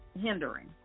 hindering